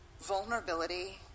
vulnerability